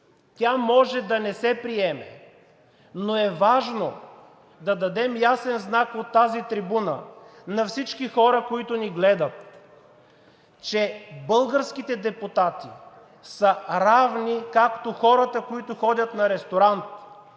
Тя може да не се приеме, но е важно да дадем ясен знак от тази трибуна на всички хора, които ни гледат, че българските депутати са равни както хората, които ходят на ресторант,